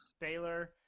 Baylor